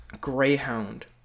Greyhound